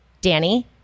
Danny